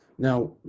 Now